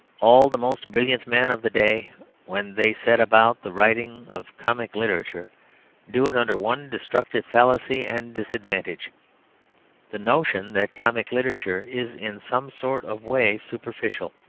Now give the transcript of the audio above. all the most brilliant men of the day when they set about the writing of comic literature do it under one destructive fallacy and disadvantage the notion that comic literature is in some sort of way superficial.